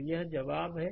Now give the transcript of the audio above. तो यह जवाब है